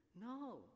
No